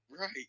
Right